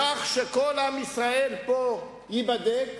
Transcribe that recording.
לכך שכל עם ישראל פה ייבדק,